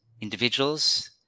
individuals